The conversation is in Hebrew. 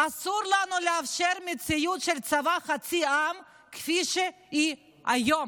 אסור לנו לאפשר מציאות של צבא חצי העם כפי שהיא היום".